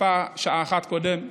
ויפה שעה אחת קודם,